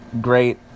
great